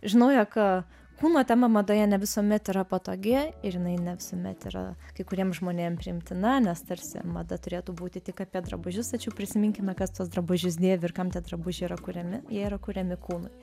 žinau jog kūno tema madoje ne visuomet yra patogi ir jinai ne visuomet yra kai kuriem žmonėm priimtina nes tarsi mada turėtų būti tik apie drabužius tačiau prisiminkime kas tuos drabužius dėvi ir kam tie drabužiai yra kuriami jie yra kuriami kūnui